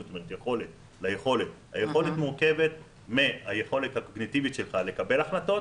היכולת מורכבת מהיכולת הקוגניטיבית שלך לקבל החלטות